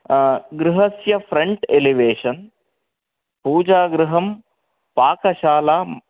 गृहस्य front elevation पूजागृहं पाकशालां